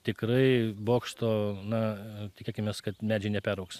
tikrai bokšto na tikėkimės kad medžiai neperaugs